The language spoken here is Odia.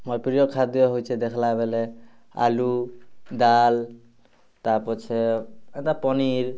ମୋର୍ ପ୍ରିୟ ଖାଦ୍ୟ ହଉଛେ ଦେଖ୍ଲାବେଳେ ଆଲୁ ଡାଲ୍ ତାପଛେ ଏନ୍ତା ପନିର୍